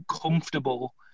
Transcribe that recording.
comfortable